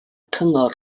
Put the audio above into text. cyngor